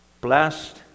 Blessed